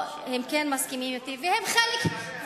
הם כן מסכימים אתי, והם גם חלק מהמערכת.